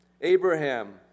Abraham